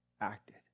acted